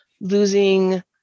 losing